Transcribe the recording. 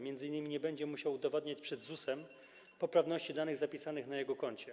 Między innymi nie będzie musiał udowadniać przed ZUS-em poprawności danych zapisanych na jego koncie.